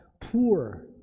poor